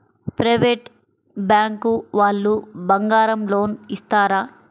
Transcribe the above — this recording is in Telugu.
ప్రైవేట్ బ్యాంకు వాళ్ళు బంగారం లోన్ ఇస్తారా?